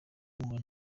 muhura